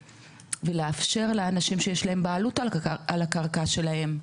ולאפשר לאנשים שיש להם בעלות על הקרקע שלהם,